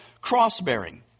cross-bearing